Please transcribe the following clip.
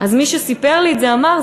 מי שסיפר לי את זה אמר,